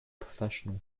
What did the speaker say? professional